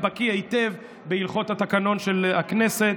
הבקי היטב בהלכות התקנון של הכנסת,